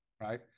right